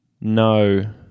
No